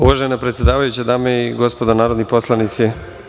Uvažena predsedavajuća, dame i gospodo narodni poslanici